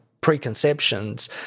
Preconceptions